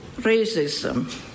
Racism